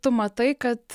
tu matai kad